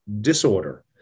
disorder